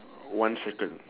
one circle